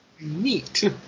neat